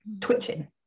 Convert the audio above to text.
twitching